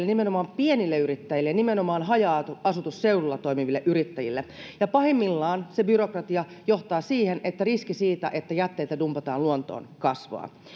nimenomaan pienille yrittäjille nimenomaan haja asutusseudulla toimiville yrittäjille pahimmillaan se byrokratia johtaa siihen että riski siitä että jätteitä dumpataan luontoon kasvaa